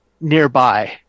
nearby